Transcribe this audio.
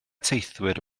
teithwyr